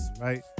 Right